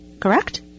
Correct